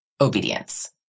obedience